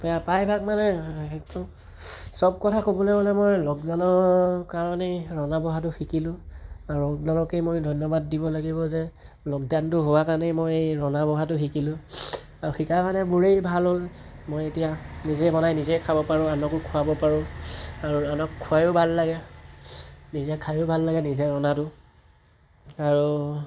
এইয়া প্ৰায়ভাগ মানে সেইটো চব কথা ক'বলৈ মানে মই লকডাউনৰ কাৰণেই ৰন্ধা বঢ়াটো শিকিলো আৰু লকডাউনকেই মই ধন্যবাদ দিব লাগিব যে লকডাউনটো হোৱাৰ কাৰণেই মই ৰন্ধা বঢ়াটো শিকিলোঁ আৰু শিকাৰ কাৰণে মোৰেই ভাল হ'ল মই এতিয়া নিজে বনাই নিজেই খাব পাৰোঁ আনকো খোৱাব পাৰোঁ আৰু আনক খুৱাইয়ো ভাল লাগে নিজে খাইয়ো ভাল লাগে নিজে ৰন্ধাটো আৰু